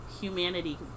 humanity